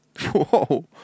Whoa